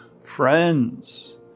friends